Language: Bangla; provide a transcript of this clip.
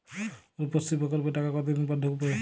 রুপশ্রী প্রকল্পের টাকা কতদিন পর ঢুকবে?